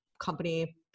company